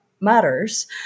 matters